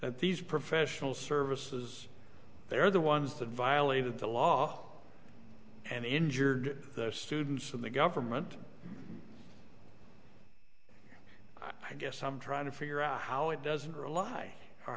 at these professional services they're the ones that violated the law and injured their students and the government i guess i'm trying to figure out how it doesn't rely o